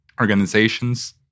organizations